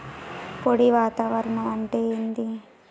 పొడి వాతావరణం అంటే ఏంది?